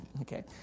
okay